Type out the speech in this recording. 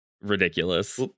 ridiculous